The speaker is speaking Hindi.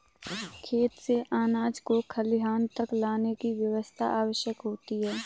खेत से अनाज को खलिहान तक लाने की व्यवस्था आवश्यक होती है